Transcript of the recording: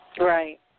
Right